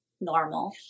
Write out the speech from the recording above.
normal